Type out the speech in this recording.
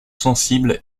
sensible